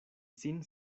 sin